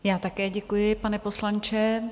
Já také děkuji, pane poslanče.